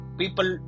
people